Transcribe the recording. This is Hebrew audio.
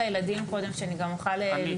לתלמידים לדבר קודם כך שאני גם אוכל להתייחס